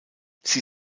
sie